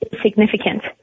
significant